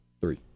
Three